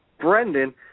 Brendan